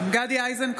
(קוראת בשמות חברי הכנסת) גדי איזנקוט,